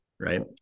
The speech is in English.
right